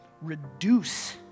reduce